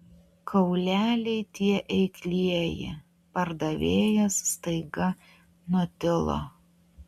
kauleliai tie eiklieji pardavėjas staiga nutilo